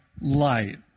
light